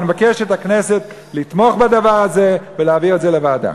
ואני מבקש מהכנסת לתמוך בדבר הזה ולהעביר את זה לוועדה.